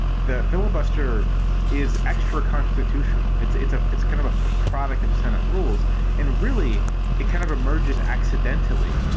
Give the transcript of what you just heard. the filibuster is extra constitutional. it's it's ah it's kind of a product of senate rules and really it kind of emerges accidentally.